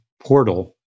portal